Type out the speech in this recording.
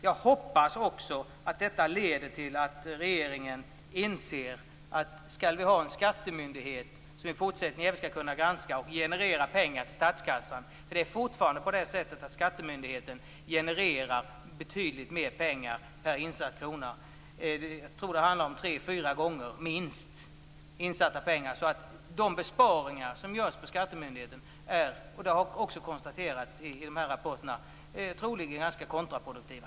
Jag hoppas att detta leder till att regeringen inser att om vi skall ha en skattemyndighet som i fortsättningen skall kunna granska och generera pengar till statskassan - det är nämligen fortfarande på det sättet att skattemyndigheten genererar betydligt mer pengar per insatt krona; jag tror att det handlar om minst tre eller fyra gånger de insatta pengarna - är de besparingar som görs på skattemyndigheten, vilket också konstateras i rapporterna, troligen ganska kontraproduktiva.